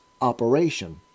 operation